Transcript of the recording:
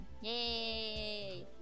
Yay